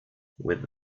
with